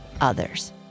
others